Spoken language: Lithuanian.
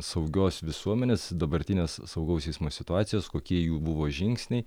saugios visuomenės dabartinės saugaus eismo situacijos kokie jų buvo žingsniai